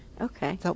Okay